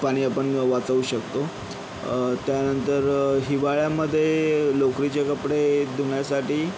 पाणी आपण वाचवू शकतो त्यानंतर हिवाळ्यामध्ये लोकरीचे कपडे धुण्यासाठी